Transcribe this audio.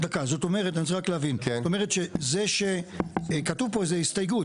אני רוצה להבין: כתובה פה איזו שהיא הסתייגות,